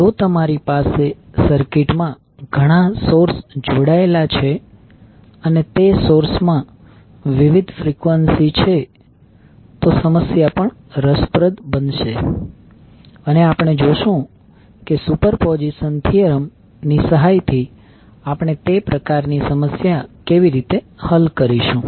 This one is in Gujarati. જો તમારી પાસે સર્કિટમાં ઘણા સોર્સ જોડાયેલા છે અને તે સોર્સ માં વિવિધ ફ્રીક્વન્સી છે તો સમસ્યા પણ રસપ્રદ બનશે અને આપણે જોશું કે સુપરપોઝિશન થીયરમ ની સહાયથી આપણે તે પ્રકારની સમસ્યા કેવી રીતે હલ કરીશું